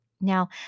Now